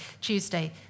Tuesday